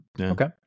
Okay